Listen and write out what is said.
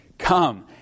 Come